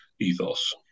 ethos